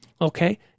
okay